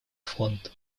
фонд